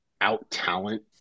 out-talent